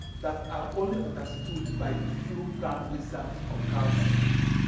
that are only understood by the few grand wizards of calculus